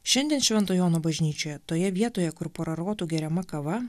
šiandien švento jono bažnyčioje toje vietoje kur po rarotų geriama kava